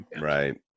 Right